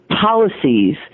policies